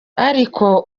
ariko